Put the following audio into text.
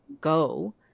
go